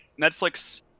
Netflix